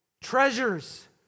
treasures